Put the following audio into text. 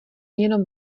jenom